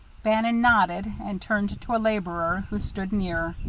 bannon nodded and turned to a laborer who stood near.